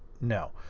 no